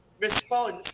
response